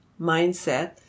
mindset